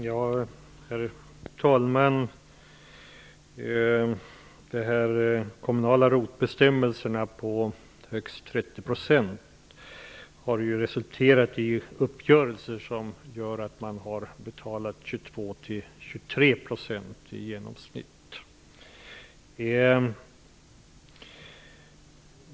Herr talman! De kommunala ROT bestämmelserna på högst 30 % har resulterat i uppgörelser som gör att man i genomsnitt har betalat 22--23 %.